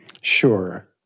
Sure